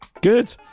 good